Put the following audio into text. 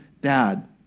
dad